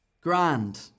Grand